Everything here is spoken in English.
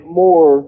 more